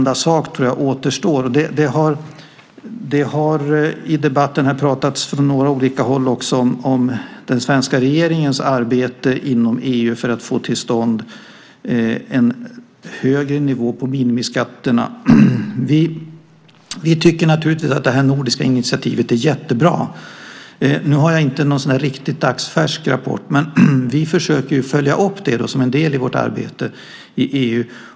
Det har i debatten, från några olika håll, också pratats om den svenska regeringens arbete inom EU för att få till stånd en högre nivå på minimiskatterna. Vi tycker naturligtvis att det här nordiska initiativet är jättebra. Nu har jag inte någon riktigt dagsfärsk rapport, men vi försöker ju följa upp det här som en del i vårt arbete i EU.